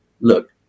look